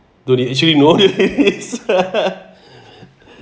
do they actually know